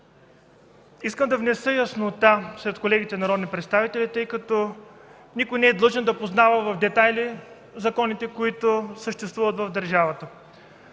Искам да внеса яснота сред колегите народни представители, тъй като никой не е длъжен да познава в детайли законите, които съществуват в държавата.